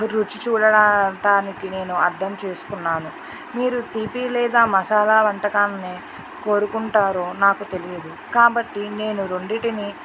రుచి చూడడానికి నేను అర్థం చేసుకున్నాను మీరు తీపి లేదా మసాల వంటకాలను కోరుకుంటారో నాకు తెలియదు కాబట్టి నేను రెండింటిని